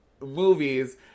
movies